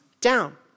down